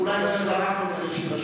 אולי תיגש למיקרופון,